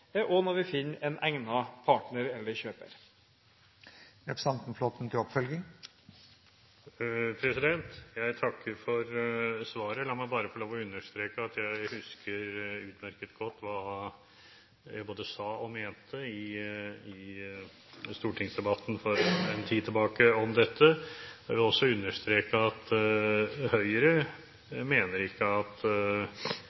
og når vi finner en egnet partner eller kjøper. Jeg takker for svaret. La meg bare få understreke at jeg husker utmerket godt hva jeg både sa og mente i stortingsdebatten om dette for en tid siden. Jeg vil også understreke at